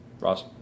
Ross